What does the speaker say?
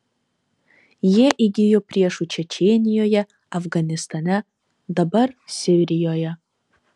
jie įgijo priešų čečėnijoje afganistane dabar sirijoje